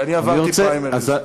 אני עברתי פריימריז.